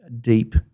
deep